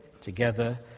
together